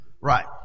Right